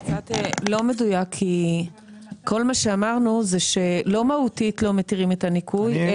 זה קצת לא מדויק כי כל מה שאמרנו זה שלא מהותית לא מתירים את הניכוי,